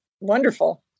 Wonderful